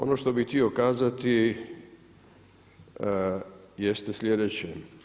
Ono što bi htio kazati jeste slijedeće.